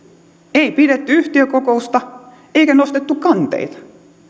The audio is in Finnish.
ei pidetty yhtiökokousta eikä nostettu kanteita